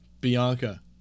Bianca